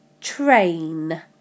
Train